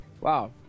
Wow